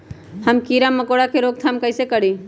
हम किरा मकोरा के रोक थाम कईसे करी?